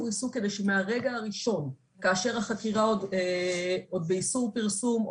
עיסוק כדי שמהרגע הראשון כאשר החקירה עוד באיסור פרסום,